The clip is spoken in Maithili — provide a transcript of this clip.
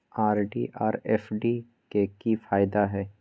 आर.डी आर एफ.डी के की फायदा हय?